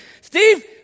Steve